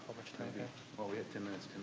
time. yeah but we have ten minutes.